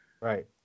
Right